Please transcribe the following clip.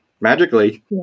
magically